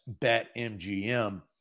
BetMGM